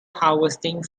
harvesting